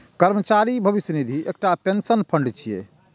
कर्मचारी भविष्य निधि एकटा पेंशन फंड छियै